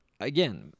again